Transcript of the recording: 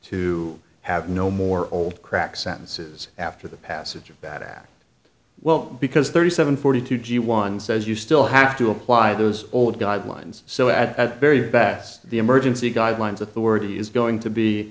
to have no more old crack sentences after the passage of that well because thirty seven forty two g one says you still have to apply those old guidelines so at very best the emergency guidelines authority is going to be